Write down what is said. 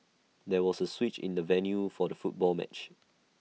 there was A switch in the venue for the football match